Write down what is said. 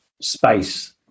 space